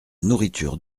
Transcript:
nourriture